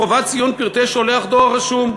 חובת ציון פרטי שולח דואר רשום).